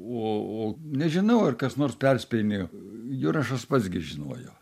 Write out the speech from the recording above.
o o nežinau ar kas nors perspėjinėjo jurašas pats gi žinojo